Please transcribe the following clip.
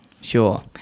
Sure